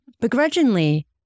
begrudgingly